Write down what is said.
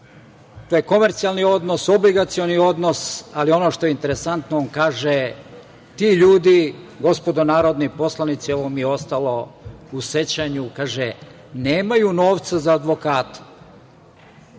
taj komercijalni odnos, obligacioni odnos, ali ono što je interesantno, on kaže – ti ljudi, gospodo narodni poslanici, evo, ovo mi je ostalo u sećanju, kaže, nemaju novca za advokate.